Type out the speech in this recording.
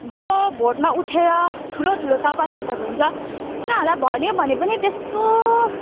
जो भोटमा उठेर ठुलो ठुलो सभासदहरू हुन्छ उनीहरूलाई भन्यो भने पनि त्यस्तो